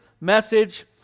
message